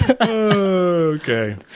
Okay